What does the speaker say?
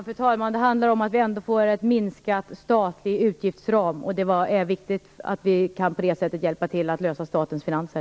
Fru talman! Det handlar om att vi får en minskad statlig utgiftsram, och det är viktigt att vi på det sättet kan hjälpa till med att klara statens finanser.